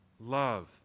love